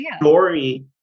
story